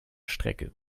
strecke